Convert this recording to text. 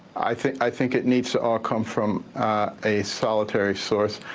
i think i think it needs to all come from a solitary source.